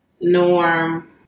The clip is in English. norm